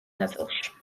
ნაწილში